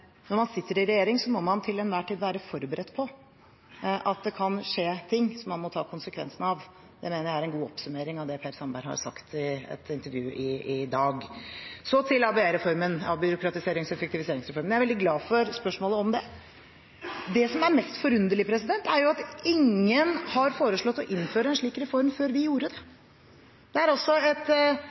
når man sitter i regjering, må man til enhver tid være forberedt på at det kan skje ting som man må ta konsekvensene av. Det mener jeg er en god oppsummering av det Per Sandberg har sagt i et intervju i dag. Så til ABE-reformen – avbyråkratiserings- og effektiviseringsreformen. Jeg er veldig glad for spørsmålet om den. Det som er mest forunderlig, er at ingen hadde foreslått å innføre en slik reform før vi gjorde det. Det er et